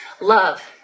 love